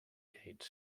gate